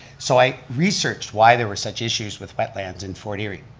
so i researched why there was such issues with wetlands in fort erie,